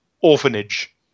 orphanage